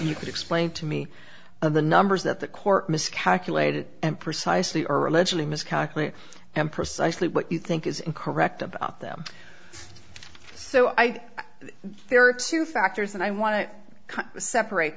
can explain to me of the numbers that the court miscalculated and precisely or allegedly miscalculated and precisely what you think is incorrect about them so i there are two factors and i want to separate